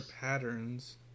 patterns